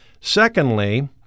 Secondly